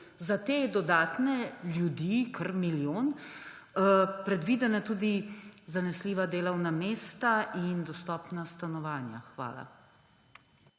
za te dodatne ljudi, kar milijon, predvidena tudi zanesljiva delovna mesta in dostopna stanovanja? Hvala.